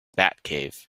batcave